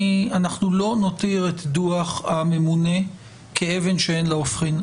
אנחנו לא נותיר את דוח הממונה כאבן שאין לה הופכין.